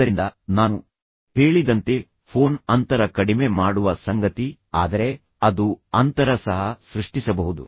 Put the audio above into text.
ಆದ್ದರಿಂದ ನಾನು ಹೇಳಿದಂತೆ ಫೋನ್ ಅಂತರವನ್ನು ಕಡಿಮೆ ಮಾಡುವ ಸಂಗತಿಯಾಗಿದೆ ಆದರೆ ಅದು ಅದರ ಅಂತರವನ್ನು ಸಹ ಸೃಷ್ಟಿಸಬಹುದು